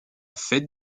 fête